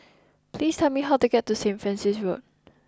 please tell me how to get to St Francis Road